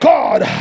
God